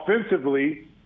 Offensively